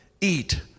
eat